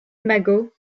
imagos